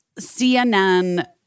CNN